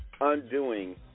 undoing